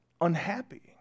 Unhappy